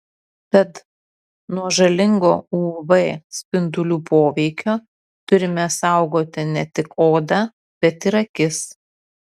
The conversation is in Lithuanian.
tad nuo žalingo uv spindulių poveikio turime saugoti ne tik odą bet ir akis